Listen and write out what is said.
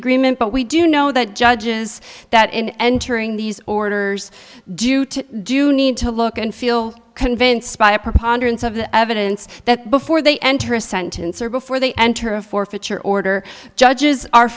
agreement but we do know that judges that in entering these orders due to do need to look and feel convinced by a preponderance of the evidence that before they enter a sentence or before they enter a forfeiture order judges are